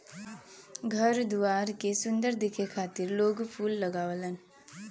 घर दुआर के सुंदर दिखे खातिर लोग फूल लगावलन